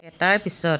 এটাৰ পিছত